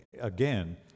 again